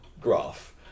graph